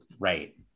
Right